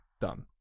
done